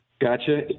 Gotcha